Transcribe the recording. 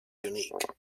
unique